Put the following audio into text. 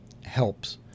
helps